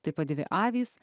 taip pat dvi avys